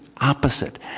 opposite